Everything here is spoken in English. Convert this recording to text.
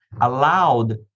allowed